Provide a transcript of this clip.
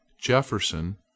Jefferson